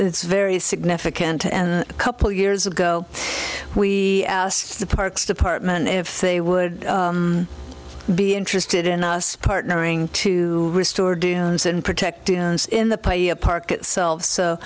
it's very significant and a couple years ago we asked the parks department if they would be interested in us partnering to restore dunes and protecting in the play a park itself so